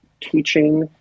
teaching